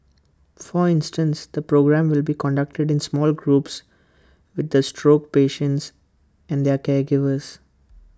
for instance the programme will be conducted in small groups with the stroke patients and their caregivers